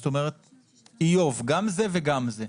זאת אומרת איוב, גם זה וגם זה.